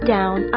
Down